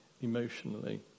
emotionally